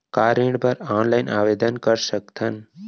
का ऋण बर ऑनलाइन आवेदन कर सकथन?